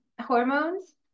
hormones